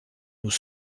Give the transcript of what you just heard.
nous